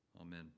Amen